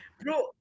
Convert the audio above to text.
bro